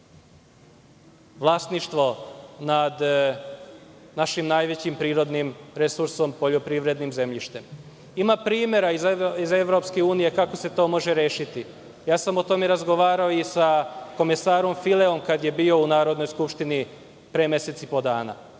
vlasništvo nad našim najvećim prirodnim resursom, poljoprivrednim zemljištem. Ima primera iz EU kako se to može rešiti. O tome sam razgovarao sa komesarom Fileom kada je bio u Narodnoj skupštini pre mesec i po dana.